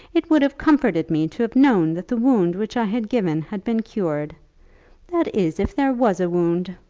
it would have comforted me to have known that the wound which i had given had been cured that is, if there was a wound.